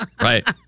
right